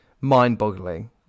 mind-boggling